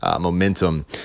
momentum